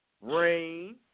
Rain